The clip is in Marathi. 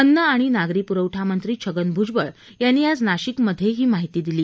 अन्न आणि नागरी पूरवठा मंत्री छगन भूजबळ यांनी आज नाशिक मध्ये ही माहिती दिली